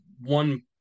one